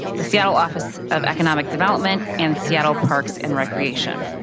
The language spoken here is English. the seattle office of economic development, and seattle parks and recreation.